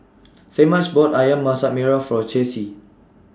Semaj bought Ayam Masak Merah For Chessie